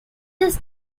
this